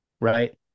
right